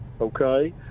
Okay